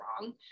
wrong